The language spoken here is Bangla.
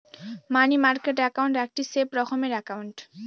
মানি মার্কেট একাউন্ট একটি সেফ রকমের একাউন্ট